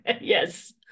yes